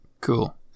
Cool